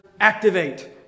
activate